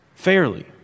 fairly